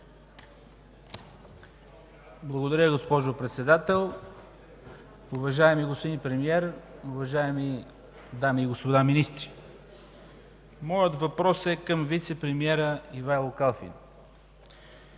Благодаря, госпожо Председател. Уважаеми господин Премиер, уважаеми дами и господа министри! Моят въпрос е към вицепремиера Ивайло Калфин.